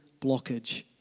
blockage